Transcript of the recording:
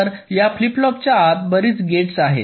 तर या फ्लिप फ्लॉपच्या आत बरीच गेट्स आहेत